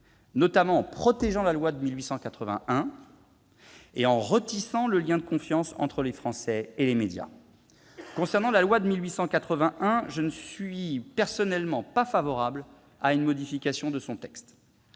notamment en protégeant la loi de 1881, et en retissant le lien de confiance entre les Français et les médias. Concernant la loi de 1881, je ne suis personnellement pas favorable à une modification de son texte.